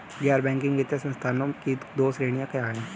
गैर बैंकिंग वित्तीय संस्थानों की दो श्रेणियाँ क्या हैं?